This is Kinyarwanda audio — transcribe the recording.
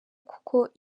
kuko